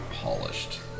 polished